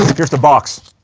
here's the box